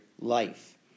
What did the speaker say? life